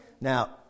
Now